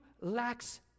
lacks